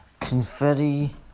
confetti